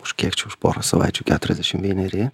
už kiek čia už porą savaičių keturiasdešim vieneri